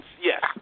Yes